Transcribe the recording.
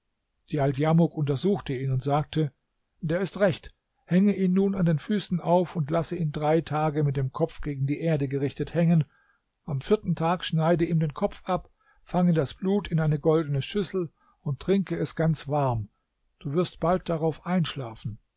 djaldjamuk untersuchte ihn und sagte der ist recht hänge ihn nun an den füßen auf und lasse ihn drei tage mit dem kopf gegen die erde gerichtet hängen am vierten tag schneide ihm den kopf ab fange das blut in eine goldene schüssel und trinke es ganz warm du wirst bald darauf einschlafen